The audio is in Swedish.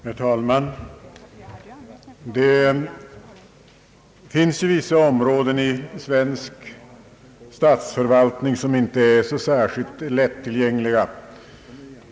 Herr talman! Det finns vissa områden i svensk statsförvaltning som inte är så särskilt lättillgängliga.